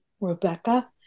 Rebecca